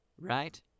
Right